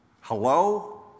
hello